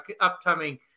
upcoming